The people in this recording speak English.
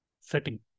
setting